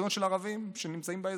בתלונות של ערבים שנמצאים באזור,